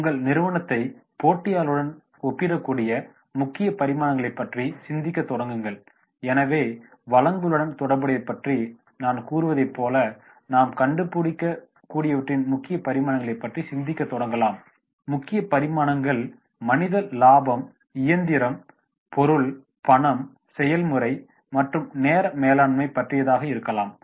உங்கள் நிறுவனத்தை போட்டியாளர்களுடன் ஒப்பிடக்கூடிய முக்கிய பரிமாணங்களைப் பற்றி சிந்திக்கத் தொடங்குங்கள் எனவே வளங்களுடன் தொடர்புடையது பற்றி நான் கூறுவதைப் போல நாம் கண்டுபிடிக்கக் கூடியவற்றின் முக்கிய பரிமாணங்களைப் பற்றி சிந்திக்கத் தொடங்கலாம் முக்கிய பரிமாணங்கள் மனித வளம் இயந்திரம் பொருள் பணம் செயல்முறை மற்றும் நேர மேலாண்மை பற்றியதாக இருக்கலாம்